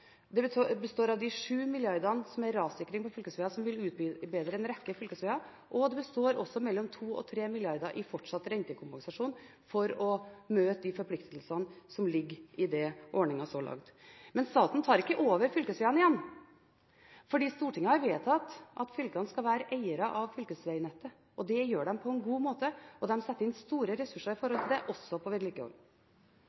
det består av 7 mrd. kr til rassikring på fylkesvegene, som vil utbedre en rekke fylkesveger, og det består av 2–3 mrd. kr i fortsatt rentekompensasjon for å møte de forpliktelsene som ligger i ordningen så langt. Men staten tar ikke over fylkesvegene igjen. Stortinget har vedtatt at fylkene skal være eiere av fylkesvegnettet. Det er de på en god måte, og de setter inn store ressurser